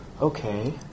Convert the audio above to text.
okay